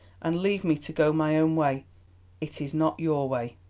and leave me to go my own way it is not your way.